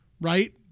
right